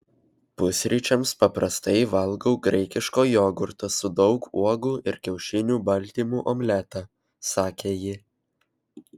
pusryčiams paprastai valgau graikiško jogurto su daug uogų ir kiaušinių baltymų omletą sakė ji